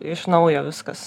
iš naujo viskas